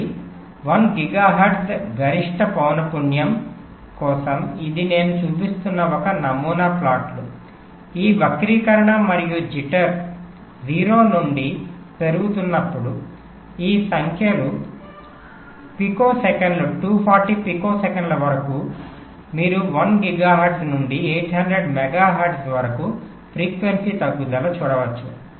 కాబట్టి 1 గిగాహెర్ట్జ్ గరిష్ట పౌన పున్యం కోసం ఇది నేను చూపిస్తున్న ఒక నమూనా ప్లాట్లు ఈ వక్రీకరణ మరియు జిట్టర్ 0 నుండి పెరుగుతున్నప్పుడు ఈ సంఖ్యలు పికోసెకన్లు240 పికోసెకన్ల వరకు మీరు 1 గిగాహెర్ట్జ్ నుండి 800 మెగాహెర్ట్జ్ వరకు ఫ్రీక్వెన్సీ తగ్గుదల చూడవచ్చు